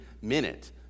minute